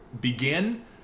begin